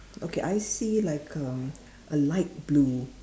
okay I see like um a light blue